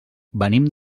venim